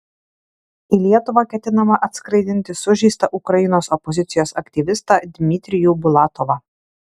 į lietuvą ketinama atskraidinti sužeistą ukrainos opozicijos aktyvistą dmitrijų bulatovą